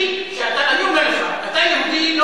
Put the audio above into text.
אתה יהודי,